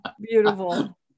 beautiful